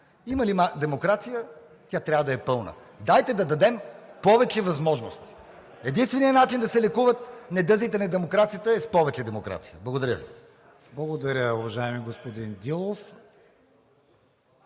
Има ли демокрация, тя трябва да е пълна. Дайте да дадем повече възможности! Единственият начин да се лекуват недъзите на демокрацията е с повече демокрация. Благодаря Ви. ПРЕДСЕДАТЕЛ КРИСТИАН ВИГЕНИН: Благодаря, уважаеми господин Дилов.